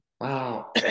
Wow